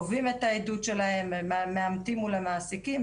גובים את העדות שלהם, מאמתים מול המעסיקים.